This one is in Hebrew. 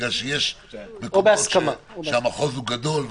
-- בגלל שיש מקומות שהמחוז הוא גדול.